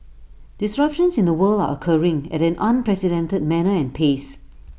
disruptions in the world are occurring at an unprecedented manner and pace